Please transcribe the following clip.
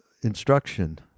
instruction